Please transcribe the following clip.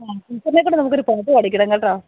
ആ ടീച്ചറിനെക്കൊണ്ടു നമുക്കൊരു പാട്ടു പാടിക്കണം കെട്ടോ